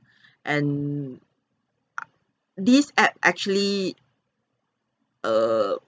and err this app actually err